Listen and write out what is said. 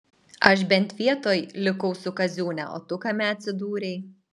aš bent vietoj likau su kaziūne o tu kame atsidūrei